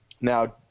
Now